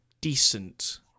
decent